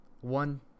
One